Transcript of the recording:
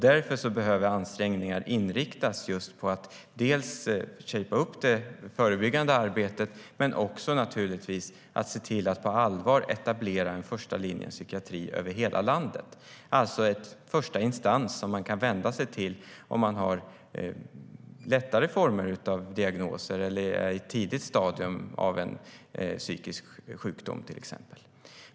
Därför behöver ansträngningar inriktas just på att dels styra upp det förebyggande arbetet, dels på att se till att på allvar etablera en första linjens psykiatri över hela landet, alltså en första instans som man kan vända sig till om man har lättare former av diagnoser eller är i ett tidigt stadium av en psykisk sjukdom, till exempel.